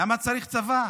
למה צריך צבא?